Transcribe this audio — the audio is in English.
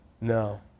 No